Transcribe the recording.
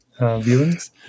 viewings